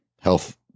health